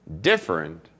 different